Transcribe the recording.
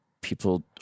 people